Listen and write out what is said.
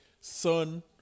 son